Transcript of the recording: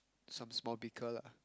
some small bicker lah